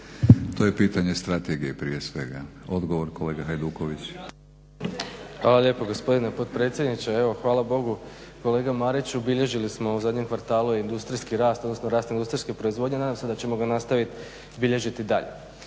To je pitanje strategije prije svega. Odgovor, kolega Hajduković. **Hajduković, Domagoj (SDP)** Hvala lijepo gospodine potpredsjedniče. Evo hvala Bogu kolega Mariću, bilježili smo u zadnjem kvartalu industrijski rast, odnosno rast industrijske proizvodnje. Nadam se da ćemo ga nastaviti bilježiti i dalje.